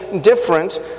different